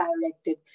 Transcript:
directed